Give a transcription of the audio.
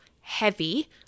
heavy